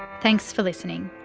thanks for listening